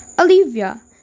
Olivia